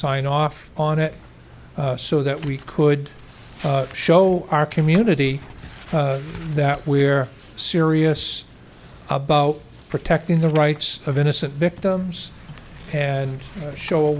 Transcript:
sign off on it so that we could show our community that we're serious about protecting the rights of innocent victims and show a